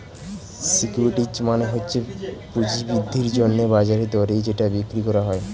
securities মানে হচ্ছে পুঁজি বৃদ্ধির জন্যে বাজার দরে যেটা বিক্রি করা যায়